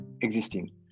existing